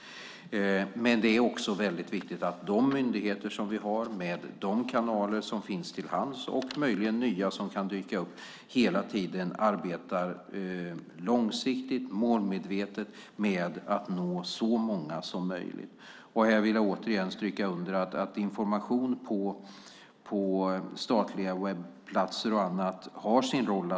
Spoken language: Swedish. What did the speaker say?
Det är också väldigt viktigt att de myndigheter som vi har med de kanaler som finns till hands och möjligen nya som kan dyka upp hela tiden arbetar långsiktigt och målmedvetet med att nå så många som möjligt. Här vill jag återigen understryka att information på statliga webbplatser exempelvis har sin roll.